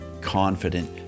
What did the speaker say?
confident